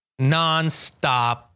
nonstop